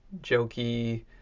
jokey